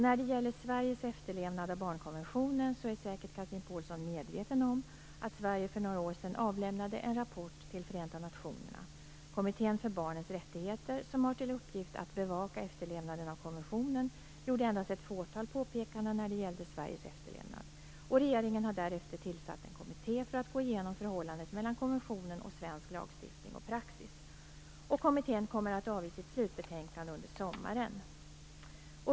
När det gäller Sveriges efterlevnad av barnkonventionen är säkert Chatrine Pålsson medveten om att Sverige för några år sedan avlämnade en rapport till Förenta nationerna. Kommittén för barnens rättigheter, som har till uppgift att bevaka efterlevnaden av konventionen, gjorde endast ett fåtal påpekanden när det gällde Sveriges efterlevnad. Regeringen har därefter tillsatt en kommitté för att gå igenom förhållandet mellan konventionen och svensk lagstiftning och praxis. Kommittén kommer att avge sitt slutbetänkande under sommaren.